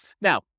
Now